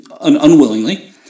unwillingly